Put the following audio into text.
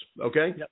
Okay